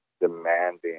demanding